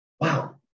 wow